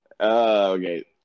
Okay